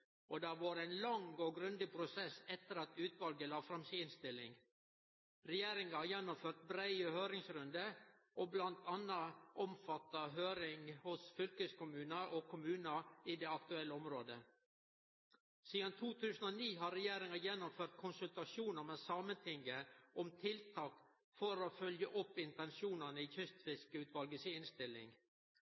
og det har vore ein lang og grundig prosess etter at utvalet la fram si innstilling. Regjeringa har gjennomført breie høyringsrundar, som bl.a. omfatta høyring med fylkeskommunar og kommunar i det aktuelle området. Sidan 2009 har regjeringa gjennomført konsultasjonar med Sametinget om tiltak for å følgje opp intensjonane i Kystfiskeutvalet si innstilling.